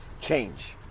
change